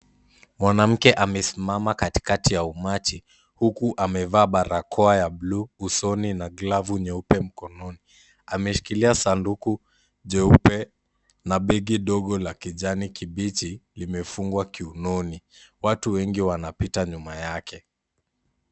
Mwanamke amesimama katikati ya umati, huku amevaa barakoa ya bluu, usoni na glavu nyeupe mkononi. Ameishikilia sanduku jeupe na begi dogo la kijani kibichi limefungwa kiunoni. Watu wengi wanapita nyuma yake.